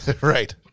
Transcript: right